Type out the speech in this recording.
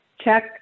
check